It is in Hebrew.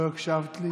ולא הקשבת לי.